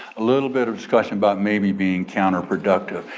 a little bit of discussion about maybe being counterproductive,